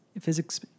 physics